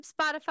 Spotify